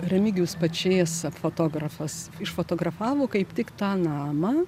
remigijus pačėsa fotografas išfotografavo kaip tik tą namą